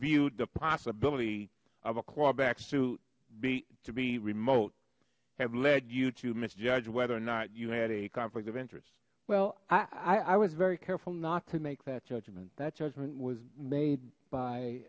viewed the possibility of a quarterback's to bb remote have led you to miss judge whether or not you had a conflict of interest well i i was very careful not to make that judgment that judgment was made